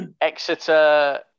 Exeter